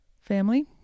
family